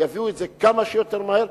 הם יביאו את זה כמה שיותר מהר,